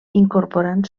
incorporant